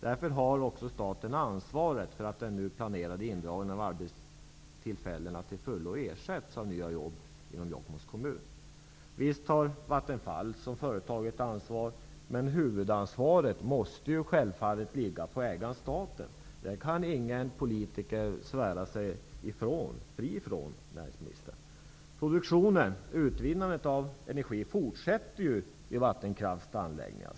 Därför har också staten ansvaret för att de nu planerade indragna arbetstillfällena i Jokkmokks kommun till fullo ersätts av nya. Visst har Vattenfall som företag ett ansvar, men huvudansvaret måste självfallet ligga hos ägaren, som är staten. Detta ansvar kan ingen politiker svära sig fri från, näringsministern. Produktionen, utvinnandet av energi, fortsätter ju i Vattenfalls anläggningar.